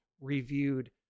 reviewed